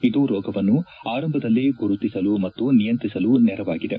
ಇದು ರೋಗವನ್ನು ಆರಂಭದಲ್ಲೇ ಗುರುತಿಸಲು ಮತ್ತು ನಿಯಂತ್ರಿಸಲು ನೆರವಾಗಿದೆ